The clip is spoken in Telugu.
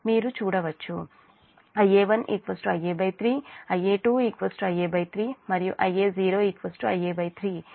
మీరు చూడొచ్చు Ia1 Ia3 Ia2 Ia3 మరియు Ia0 Ia3